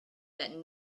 that